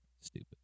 Stupid